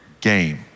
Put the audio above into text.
game